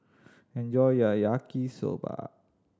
enjoy your Yaki Soba